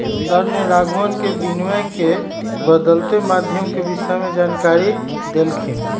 sir ने राघवन के विनिमय के बदलते माध्यम के विषय में जानकारी देल खिन